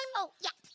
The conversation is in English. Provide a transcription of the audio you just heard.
oh yeah.